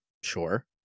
Sure